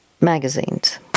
magazines